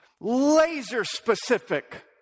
laser-specific